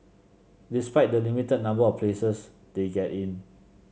despite the limited number of places they get in